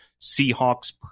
Seahawks